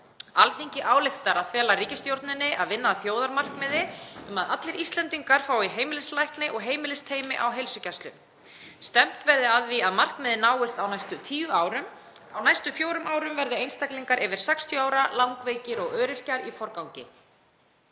Alþingi ályktar að fela ríkisstjórninni að vinna að þjóðarmarkmiði um að allir Íslendingar fái heimilislækni og heimilisteymi á heilsugæslu. Stefnt verði að því að markmiðið náist á næstu tíu árum. Á næstu fjórum árum verði einstaklingar yfir 60 ára, langveikir og öryrkjar í forgangi.